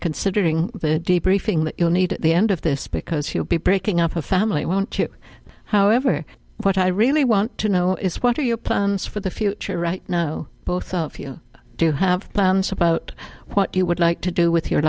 considering deep reefing that you'll need at the end of this because he will be breaking up a family won't chip however what i really want to know is what are your plans for the future right now both of you do have plans about what you would like to do with your